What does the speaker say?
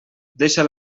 deixa